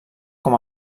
com